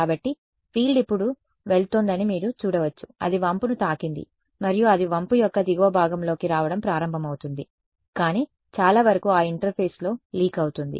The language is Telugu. కాబట్టి ఫీల్డ్ ఇప్పుడు వెళుతోందని మీరు చూడవచ్చు అది వంపుని తాకింది మరియు అది వంపు యొక్క దిగువ భాగంలోకి రావడం ప్రారంభమవుతుంది కానీ చాలావరకు ఆ ఇంటర్ఫేస్లో లీక్ అవుతుంది